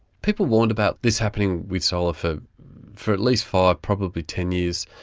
people warned about this happening with solar for for at least five, probably ten years,